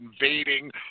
invading